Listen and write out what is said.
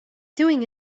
doing